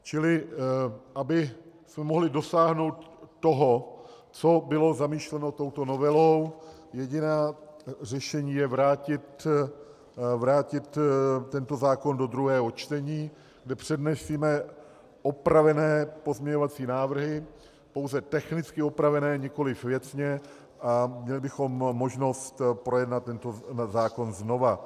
Čili abychom mohli dosáhnout toho, co bylo zamýšleno touto novelou, jediné řešení je vrátit tento zákona do druhého čtení, kde předneseme opravené pozměňovací návrhy, pouze technicky opravené, nikoliv věcně, a měli bychom možnost projednat tento zákon znovu.